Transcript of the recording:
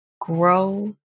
grow